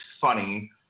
funny